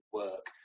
work